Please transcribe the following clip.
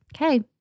Okay